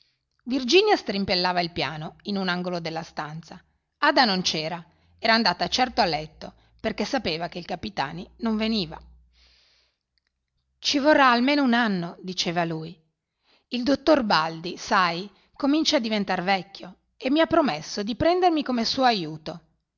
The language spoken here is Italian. virginia strimpellava il piano in un angolo della stanza ada non c'era era andata certo a letto perché sapeva che il capitani non veniva ci vorrà almeno un anno diceva lui il dottor baldi sai comincia a diventar vecchio e mi ha promesso di prendermi come suo aiuto